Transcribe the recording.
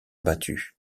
battue